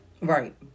right